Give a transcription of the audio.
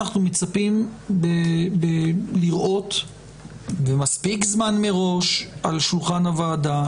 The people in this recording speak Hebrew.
אנחנו מצפים לראות ומספיק זמן מראש על שולחן הוועדה,